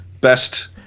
best